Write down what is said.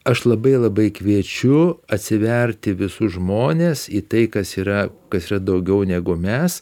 aš labai labai kviečiu atsiverti visus žmones į tai kas yra kas yra daugiau negu mes